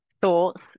thoughts